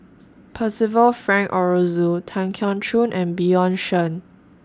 Percival Frank Aroozoo Tan Keong Choon and Bjorn Shen